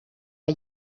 are